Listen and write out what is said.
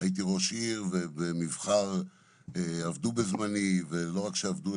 הייתי ראש עיר ובמבח"ר עבדו בזמני ולא רק שעבדו,